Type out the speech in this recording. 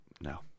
No